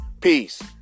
peace